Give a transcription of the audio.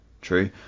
true